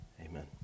amen